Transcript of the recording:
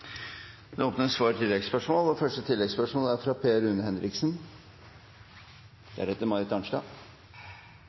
Det åpnes for oppfølgingsspørsmål – først Per Rune Henriksen.